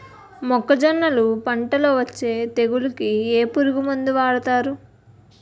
మొక్కజొన్నలు పంట లొ వచ్చే తెగులకి ఏ పురుగు మందు వాడతారు?